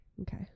Okay